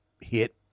hit